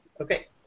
Okay